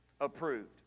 approved